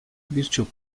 birçok